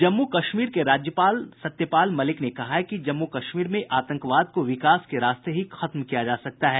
जम्मू कश्मीर के राज्यपाल सत्यपाल मलिक ने कहा है कि जम्मू कश्मीर में आतंकवाद को विकास के रास्ते से ही खत्म किया जा सकता है